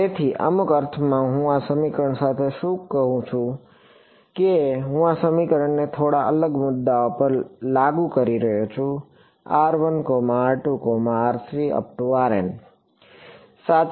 તેથી અમુક અર્થમાં હું આ સમીકરણ સાથે શું કહું છું કે હું આ સમીકરણને થોડા અલગ મુદ્દાઓ પર લાગુ કરી રહ્યો છું સાચો